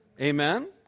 Amen